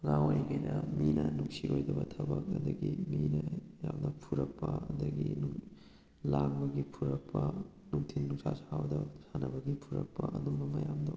ꯑꯉꯥꯡ ꯑꯣꯏꯔꯤꯉꯩꯗ ꯃꯤꯅ ꯅꯨꯡꯁꯤꯔꯣꯏꯗꯕ ꯊꯕꯛ ꯑꯗꯒꯤ ꯃꯤꯅ ꯌꯥꯝꯅ ꯐꯨꯔꯛꯄ ꯑꯗꯒꯤ ꯂꯥꯡꯕꯒꯤ ꯐꯨꯔꯛꯄ ꯅꯨꯡꯊꯤꯟ ꯅꯨꯡꯁꯥ ꯁꯥꯕꯗ ꯁꯥꯟꯅꯕꯒꯤ ꯐꯨꯔꯛꯄ ꯑꯗꯨꯝꯕ ꯃꯌꯥꯝꯗꯣ